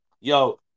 Yo